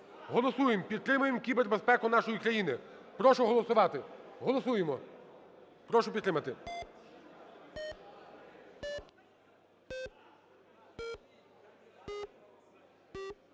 Голосуємо. Підтримуємо кібербезпеку нашої країни. Прошу голосувати. Голосуємо. Прошу підтримати.